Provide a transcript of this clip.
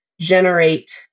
generate